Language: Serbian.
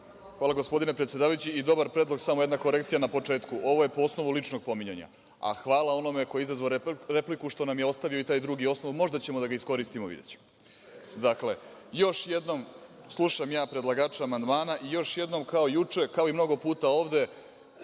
Hvala gospodine predsedavajući. Dobar predlog, samo jedna korekcija na početku, ovo je po osnovu ličnog pominjanja, a hvala onome ko je izazvao repliku što nam je ostavio i taj drugi osnov, možda ćemo da ga iskoristimo, videćemo. Dakle, još jednom slušam ja predlagača amandmana i još jednom, kao juče, kao mnogo puta ovde,